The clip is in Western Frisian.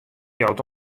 jout